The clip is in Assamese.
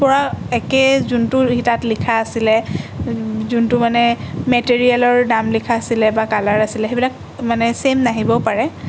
পূৰা একেই যোনটো সেই তাত লিখা আছিলে যোনটো মানে মেটেৰিয়েলৰ দাম লিখা আছিলে বা কালাৰ আছিলে সেইবিলাক মানে ছেইম নাহিবও পাৰে